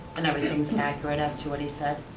and everything's and accurate as to what he said?